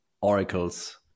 oracles